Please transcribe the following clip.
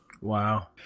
Wow